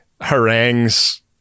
harangues